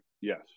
Yes